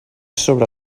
sobre